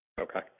Okay